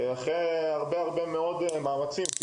אחרי מאמצים רבים ובעזרת ׳הסיירת הירוקה׳,